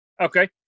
Okay